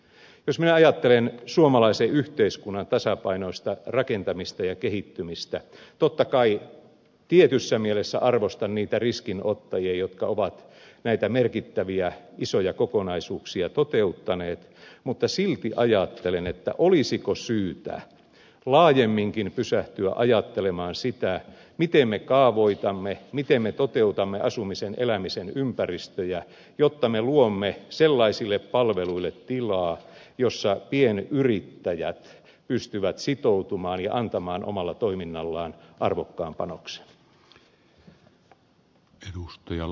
jos minä ajattelen suomalaisen yhteiskunnan tasapainoista rakentamista ja kehittymistä niin totta kai tietyssä mielessä arvostan niitä riskinottajia jotka ovat näitä merkittäviä isoja kokonaisuuksia toteuttaneet mutta silti ajattelen olisiko syytä laajemminkin pysähtyä ajattelemaan sitä miten me kaavoitamme miten me toteutamme asumisen elämisen ympäristöjä jotta me luomme sellaisille palveluille tilaa jossa pienyrittäjät pystyvät sitoutumaan ja antamaan omalla toiminnallaan arvokkaan panoksen